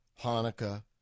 Hanukkah